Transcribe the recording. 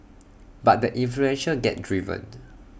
but the influential get driven